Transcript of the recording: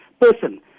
person